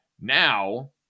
Now